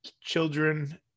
children